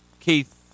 Keith